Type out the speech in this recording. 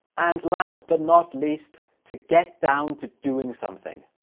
and last but not least, to get down to doing something.